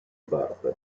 parte